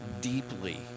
deeply